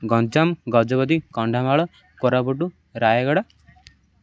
Ganjam Gajapati Kandhamal Koraput Rayagada